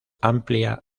amplia